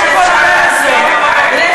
לא רק שרוצה להתחתן אלא